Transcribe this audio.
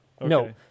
no